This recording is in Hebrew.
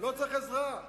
לא צריך עזרה,